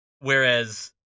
Whereas